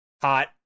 Hot